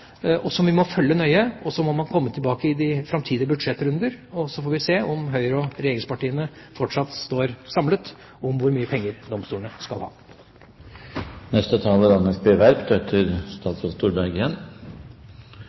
domstolene, som vi må følge nøye, og så må man komme tilbake i de framtidige budsjettrundene. Så får vi se om Høyre og regjeringspartiene fortsatt står sammen om hvor mye penger domstolene skal